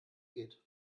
geht